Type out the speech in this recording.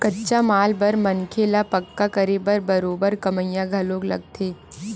कच्चा माल बर मनखे ल पक्का करे बर बरोबर कमइया घलो लगथे